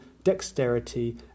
dexterity